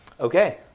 Okay